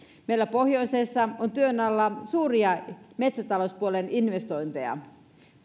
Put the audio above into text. meillä pohjoisessa on työn alla suuria metsätalouspuolen investointeja